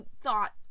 thought